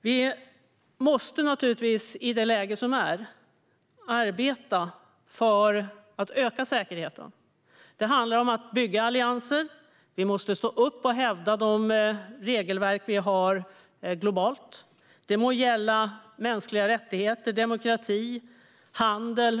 Vi måste naturligtvis i det läge som är arbeta för att öka säkerheten. Det handlar om att bygga allianser. Vi måste stå upp och hävda de globala regelverken; det må gälla mänskliga rättigheter, demokrati och handel.